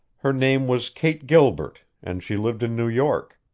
her name was kate gilbert, and she lived in new york.